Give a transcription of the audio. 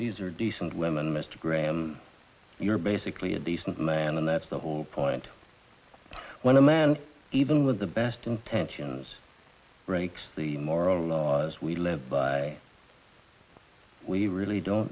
these are decent women mr graham you're basically a decent man and that's the whole point when a man even with the best intentions breaks the moral laws we live by we really don't